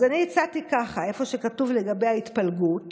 אז הצעתי כך: איפה שכתוב לגבי ההתפלגות